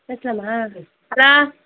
பேசலாமா ஹலோ